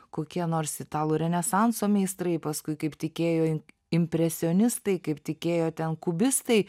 kokie nors italų renesanso meistrai paskui kaip tikėjo impresionistai kaip tikėjo ten kubistai